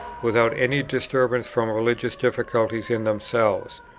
without any disturbance from religious difficulties in themselves,